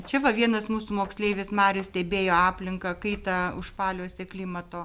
čia va vienas mūsų moksleivis marius stebėjo aplinką kaitą užpaliuose klimato